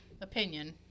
opinion